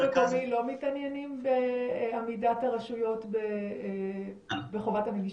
מתעניינים בעמידת הרשויות בחובת הנגישות?